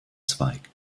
zweig